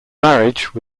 marriage